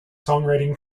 songwriting